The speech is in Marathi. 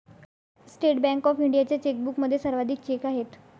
स्टेट बँक ऑफ इंडियाच्या चेकबुकमध्ये सर्वाधिक चेक आहेत